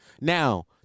Now